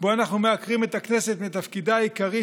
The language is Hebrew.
שבו אנחנו מעקרים את הכנסת מתפקידה העיקרי,